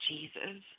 Jesus